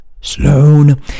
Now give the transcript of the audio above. Sloan